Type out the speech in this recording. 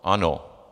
Ano.